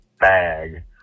bag